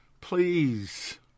Please